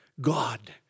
God